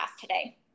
today